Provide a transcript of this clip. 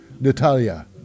Natalia